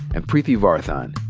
and preeti varathan.